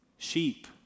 sheep